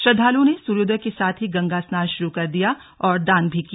श्रद्दालुओं ने सूर्योदय के साथ ही गंगा स्नान शुरू कर दिया और दान भी किया